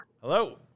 Hello